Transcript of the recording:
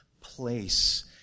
place